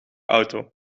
auto